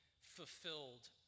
fulfilled